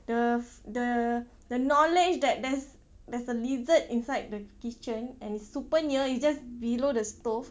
the the the knowledge that there's there's a lizard inside the kitchen and it's super near it's just below the stove